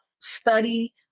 study